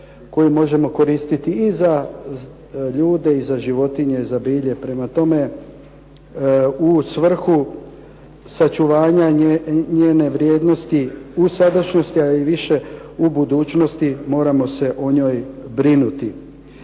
koju možemo koristiti i za ljude, i za životinje, za bilje. Prema tome, u svrhu sačuvanja njene vrijednosti u sadašnjosti, a i više u budućnosti moramo se o njoj brinuti.